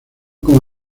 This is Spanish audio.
como